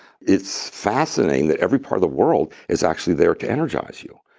it's fascinating that every part of the world is actually there to energize you.